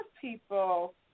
people